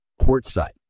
Quartzite